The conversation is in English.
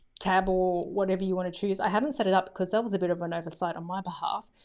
tab or whatever you want to choose. i haven't set it up cause that was a bit of an oversight on my behalf,